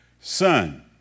son